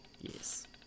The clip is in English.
Yes